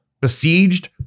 besieged